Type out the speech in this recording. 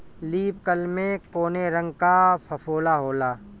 Leaf curl में कौने रंग का फफोला होला?